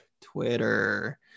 Twitter